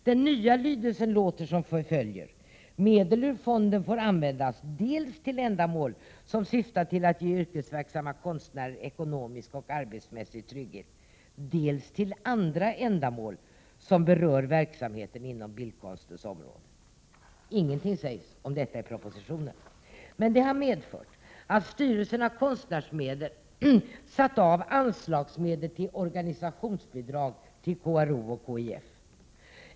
Den nya lydelsen är denna: Medel ur fonden får användas dels till ändamål som syftar till att ge yrkesverksamma konstnärer ekonomisk och arbetsmässig trygghet, dels till andra ändamål som berör verksamhet inom bildkonstens område. — Ingenting sägs om detta i propositionen. Men ändringen har medfört att fondens styrelse satt av anslagsmedel till organisationsbidrag till KRO och KIF.